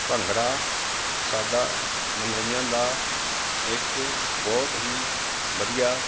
ਭੰਗੜਾ ਸਾਡਾ ਮਨੋਰੰਜਨ ਦਾ ਇਕ ਬਹੁਤ ਹੀ ਵਧੀਆ